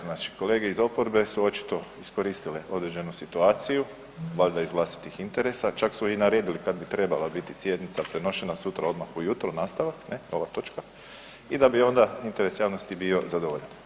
Znači kolege iz oporbe su očito iskoristile određenu situaciju, valjda iz vlastitih interesa, čak su i naredili kad bi trebala biti sjednica prenošena sutra odmah ujutro, nastavak ne, ova točka i da bi onda interes javnosti bio zadovoljen.